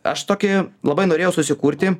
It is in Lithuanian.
aš tokį labai norėjau susikurti